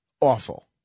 Awful